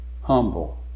humble